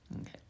Okay